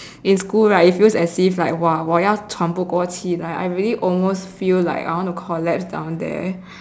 in school right it feels as if like !wah! 我要喘不过气 like I really almost feel like I want to collapse down there